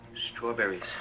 strawberries